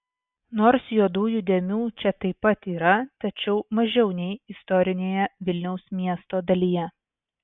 nors juodųjų dėmių čia taip pat yra tačiau mažiau nei istorinėje vilniaus miesto dalyje